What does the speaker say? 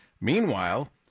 Meanwhile